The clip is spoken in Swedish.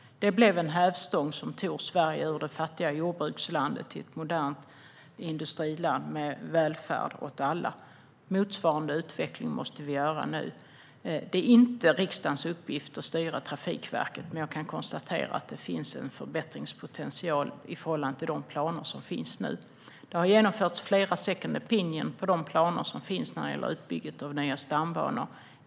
Det blev en hävstång som tog Sverige från ett fattigt jordbruksland till ett modernt industriland med välfärd åt alla. Motsvarande utveckling måste vi ha nu. Det är inte riksdagens uppgift att styra Trafikverket, men jag kan konstatera att det finns en förbättringspotential i förhållande till de planer som finns. Det har genomförts flera second opinion på de planer som finns när det gäller utbygget av nya stambanor.